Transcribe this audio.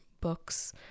books